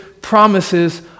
promises